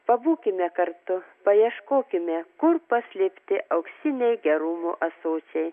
pabūkime kartu paieškokime kur paslėpti auksiniai gerumo ąsočiai